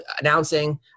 announcing